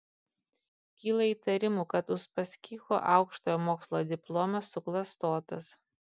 kyla įtarimų kad uspaskicho aukštojo mokslo diplomas suklastotas